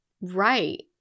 Right